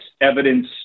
evidence